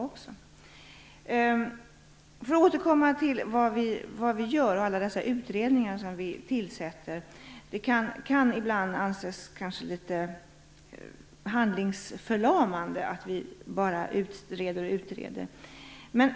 Jag vill också återkomma till vad vi gör och alla dessa utredningar som vi tillsätter. Det kan ibland kanske anses litet handlingsförlamande att vi bara utreder och utreder.